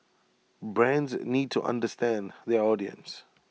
brands need to understand their audience